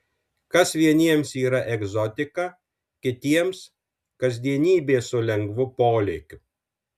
kas vieniems yra egzotika kitiems kasdienybė su lengvu polėkiu